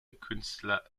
künstler